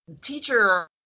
teacher